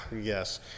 Yes